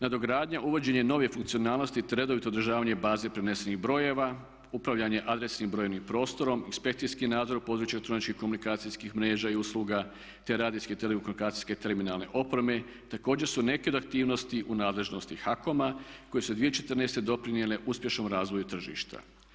Nadogradnja, uvođenje nove funkcionalnosti te redovito održavanje baze prenesenih brojeva, upravljanje adresivnim brojnim prostorom, inspekcijski nadzor u području elektroničkih komunikacijskih mreža i usluga te radijske i telekomunikacijske terminalne opreme također su neke od aktivnosti u nadležnosti HAKOM-a koje su 2014. doprinijele uspješnom razvoju tržišta.